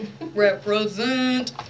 represent